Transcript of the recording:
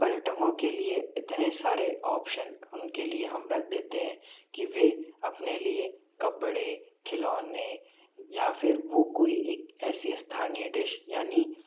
पर्यटकों के लिए इतने सारे ऑप्शन उनके लिए हम रख देते हैं कि वे अपने लिए कपड़े खिलौने या फिर वो कोई एक ऐसी स्थानीय डिश यानि